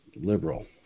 liberal